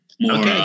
more